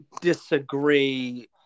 disagree